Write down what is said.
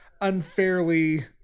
unfairly